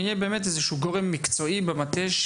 יהיה איזה שהוא גורם מקצועי במטה,